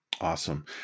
Awesome